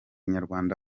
nyarwanda